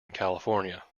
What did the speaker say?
california